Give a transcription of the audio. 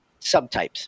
subtypes